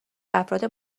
افراد